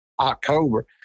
October